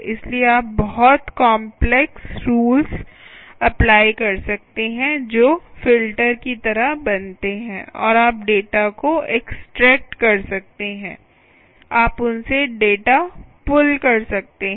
इसलिए आप बहुत काम्प्लेक्स रूल्स अप्लाई कर सकते हैं जो फ़िल्टर की तरह बनते हैं और आप डेटा को एक्सट्रेक्ट कर सकते हैं आप उनसे डाटा पुल्ल कर सकते हैं